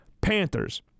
Panthers